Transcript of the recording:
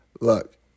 look